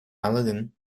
aladdin